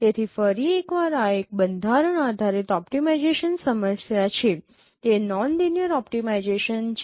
તેથી ફરી એક વાર આ એક બંધારણ આધારિત ઓપ્ટિમાઇજેશન સમસ્યા છે તે નોન લિનિયર ઓપ્ટિમાઇજેશન છે